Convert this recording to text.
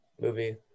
Movie